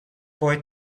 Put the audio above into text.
boy